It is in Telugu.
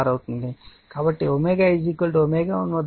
కాబట్టి ω ω1 వద్ద ఉన్నప్పుడు